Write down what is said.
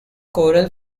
coral